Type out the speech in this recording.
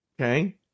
Okay